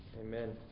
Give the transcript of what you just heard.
Amen